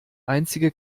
einzige